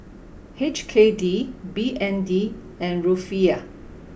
H K D B N D and Rufiyaa